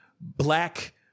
black